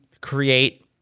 create